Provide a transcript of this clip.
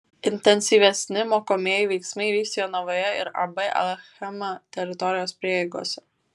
intensyvesni mokomieji veiksmai vyks jonavoje ir ab achema teritorijos prieigose